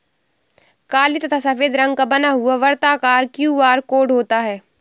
काले तथा सफेद रंग का बना हुआ वर्ताकार क्यू.आर कोड होता है